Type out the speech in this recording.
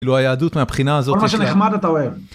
‫היהדות מהבחינה הזאת... ‫-כל מה שנחמד אתה אוהב.